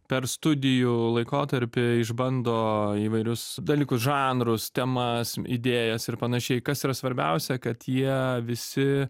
per studijų laikotarpį išbando įvairius dalykus žanrus temas idėjas ir panašiai kas yra svarbiausia kad jie visi